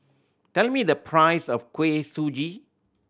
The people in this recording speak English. tell me the price of Kuih Suji